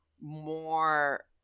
more